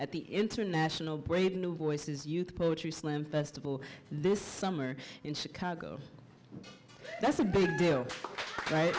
at the international brave new voices youth poetry slam festival this summer in chicago that's a big deal right